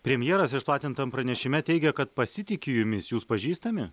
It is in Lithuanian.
premjeras išplatintam pranešime teigia kad pasitiki jumis jūs pažįstami